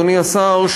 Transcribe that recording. אדוני השר,